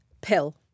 pill